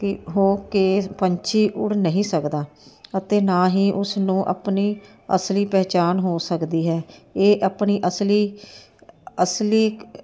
ਕਿ ਹੋ ਕੇ ਪੰਛੀ ਉੜ ਨਹੀਂ ਸਕਦਾ ਅਤੇ ਨਾ ਹੀ ਉਸਨੂੰ ਆਪਣੀ ਅਸਲੀ ਪਹਿਚਾਣ ਹੋ ਸਕਦੀ ਹੈ ਇਹ ਆਪਣੀ ਅਸਲੀ ਅਸਲੀ